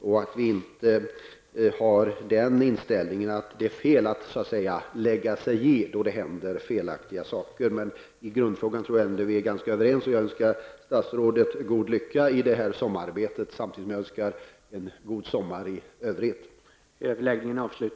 Vi skall inte ha den inställningen att det är fel att ''lägga sig i'' när det händer saker som inte är riktiga. Jag tror att vi är överens när det gäller grundfrågan, och jag önskar god lycka i sommararbetet. Samtidigt önskar jag en god sommar i övrigt.